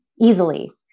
easily